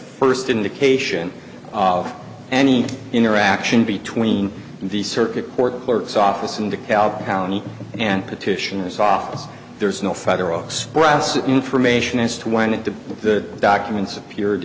first indication of any interaction between the circuit court clerk's office in dekalb county and petitioners office there's no federal express information as to when it did the documents appeared